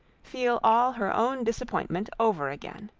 feel all her own disappointment over again.